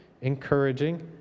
encouraging